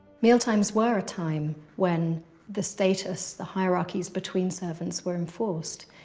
mealtimes were a time when the status, the hierarchies between servants were enforced.